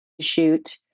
shoot